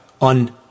on